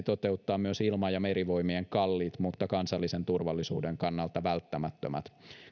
toteuttaa myös ilma ja merivoimien kalliit mutta kansallisen turvallisuuden kannalta välttämättömät